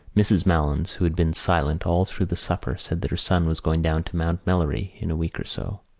mrs. malins, who had been silent all through the supper, said that her son was going down to mount melleray in a week or so.